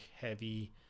heavy